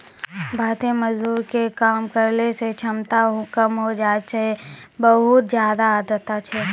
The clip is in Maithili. भारतीय मजदूर के काम करै के क्षमता कम होय जाय छै बहुत ज्यादा आर्द्रता सॅ